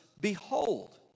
behold